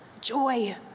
Joy